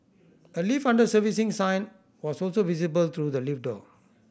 a lift under servicing sign was also visible through the lift door